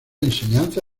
enseñanza